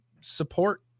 support